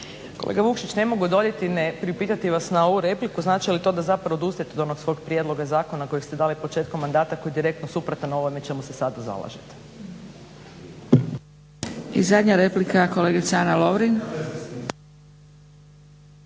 Kolega Vukšić ne mogu odoljeti ne priupitati vas na ovu repliku znači li to da zapravo odustajete od onog svog prijedloga zakona kojeg ste dali početkom mandata koji je direktno suprotan ovome čemu se sada zalažete? **Zgrebec, Dragica (SDP)**